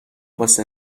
واسه